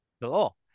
Cool